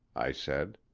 i said.